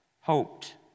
hoped